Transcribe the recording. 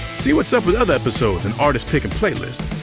see what's up with other episodes and artist's pick and playlist.